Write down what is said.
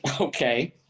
okay